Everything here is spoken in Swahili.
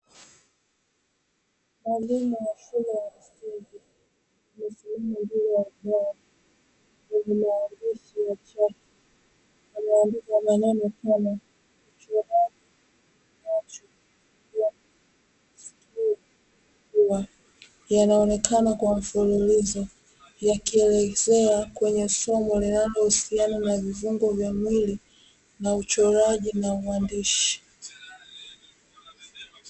Mwalimu ya shule ya msingi amesimama mbele ya ubao wenye maadishi ya chaki yameandikwa maneno kama uchoraji yanaonekana kuwa mfululizo, yakielekezewa kwenye somo linalohusiana na vifungo vya mwili na uchoraji na uandishi.